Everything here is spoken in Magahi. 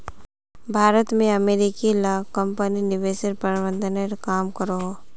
भारत में अमेरिकी ला कम्पनी निवेश प्रबंधनेर काम करोह